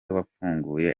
wafunguye